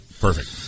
Perfect